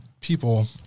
people